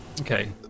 Okay